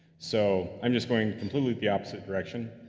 so i'm just going completely the opposite direction,